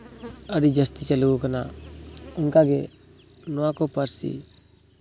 ᱟᱹᱰᱤ ᱡᱟᱹᱥᱛᱤ ᱪᱟᱹᱞᱩ ᱠᱟᱱᱟ ᱚᱱᱠᱟᱜᱮ ᱱᱚᱣᱟᱠᱚ ᱯᱟᱹᱨᱥᱤ